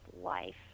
life